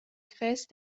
grèce